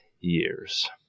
years